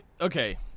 okay